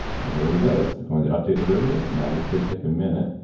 and there we go, it's going to update the radio. now, this could take a minute,